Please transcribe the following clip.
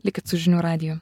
likit su žinių radiju